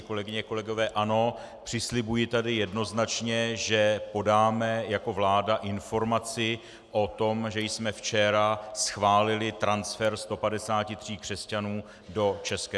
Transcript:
Kolegyně, kolegové, ano, přislibuji tady jednoznačně, že podáme jako vláda informaci o tom, že jsme včera schválili transfer 153 křesťanů do ČR.